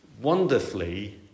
wonderfully